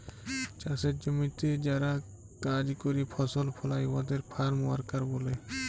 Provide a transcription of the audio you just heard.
চাষের জমিতে যারা কাজ ক্যরে ফসল ফলায় উয়াদের ফার্ম ওয়ার্কার ব্যলে